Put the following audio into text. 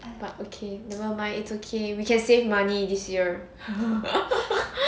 but okay never mind it's okay we can save money this year